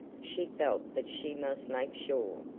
she felt that she must make sure.